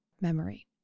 memory